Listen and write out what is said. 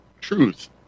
Truth